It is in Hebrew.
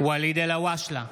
ואליד אלהואשלה,